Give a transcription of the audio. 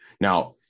Now